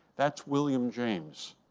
that's william james.